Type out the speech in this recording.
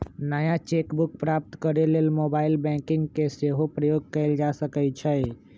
नया cheque book प्राप्त करेके लेल मोबाइल बैंकिंग के सेहो प्रयोग कएल जा सकइ छइ